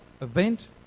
event